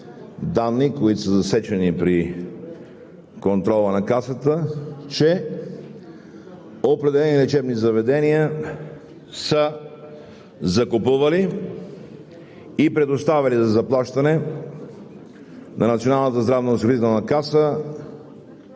които са засечени при контрола на Касата, че определени лечебни заведения са закупували и предоставяли за заплащане на